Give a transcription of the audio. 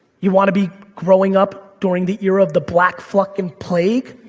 you want to be growing up during the era of the black fuckin' plague?